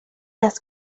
las